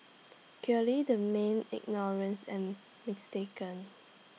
clearly the man ignorance and mistaken